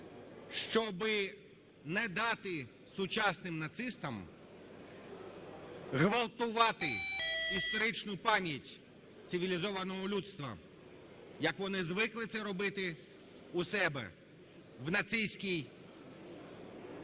щоби не дати сучасним нацистам ґвалтувати історичну пам'ять цивілізованого людства, як вони звикли це робити у себе в нацистській